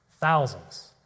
thousands